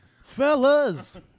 Fellas